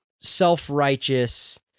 self-righteous